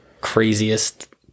craziest